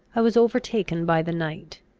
i was overtaken by the night.